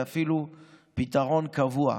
ואפילו פתרון קבוע.